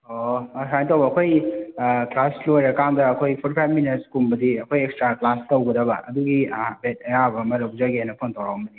ꯑꯣ ꯑ ꯁꯨꯃꯥꯏꯅ ꯇꯧꯕ ꯑꯩꯈꯣꯏ ꯀ꯭ꯂꯥꯁ ꯂꯣꯏꯔꯀꯥꯟꯗ ꯑꯩꯈꯣꯏ ꯐꯣꯔꯇꯤ ꯐꯥꯏꯞ ꯃꯤꯅꯠꯁꯀꯨꯝꯕꯗꯤ ꯑꯩꯈꯣꯏ ꯑꯦꯛꯁꯇ꯭ꯔꯥ ꯀ꯭ꯂꯥꯁ ꯇꯧꯒꯗꯕ ꯑꯗꯨꯒꯤ ꯍꯥꯏꯐꯦꯠ ꯑꯌꯥꯕ ꯑꯃ ꯂꯧꯖꯒꯦꯅ ꯐꯣꯟ ꯇꯧꯔꯑꯝꯕꯅꯤꯗ